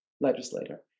legislator